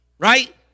Right